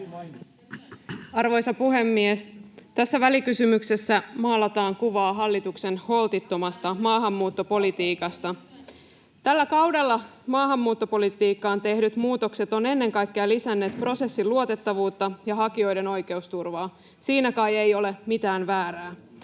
Arvoisa puhemies! Tässä välikysymyksessä maalataan kuvaa hallituksen holtittomasta maahanmuuttopolitiikasta. Tällä kaudella maahanmuuttopolitiikkaan tehdyt muutokset ovat ennen kaikkea lisänneet prosessin luotettavuutta ja hakijoiden oikeusturvaa — siinä kai ei ole mitään väärää.